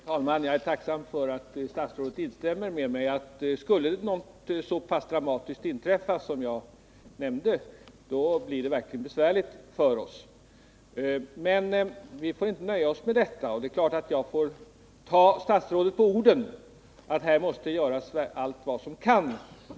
Herr talman! Jag är tacksam för att statsrådet instämmer med mig. Skulle något så pass dramatiskt inträffa som jag nämnde, blir det verkligen besvärligt för oss. Vi får emellertid inte nöja oss med detta, även om jag naturligtvis tar statsrådet på orden när han säger att man skall göra allt vad man kan.